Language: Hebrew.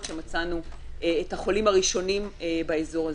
שמצאנו את החולים הראשונים באזור הזה.